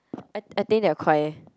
I I think they are